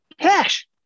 Cash